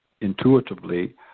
intuitively